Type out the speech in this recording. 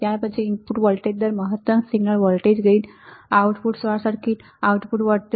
ત્યારપછી input voltage દર મહત્તમ signal voltage gain output short circuit પ્રવાહ આઉટપુટ વોલ્ટેજ ઝૂલતા છે